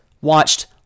watched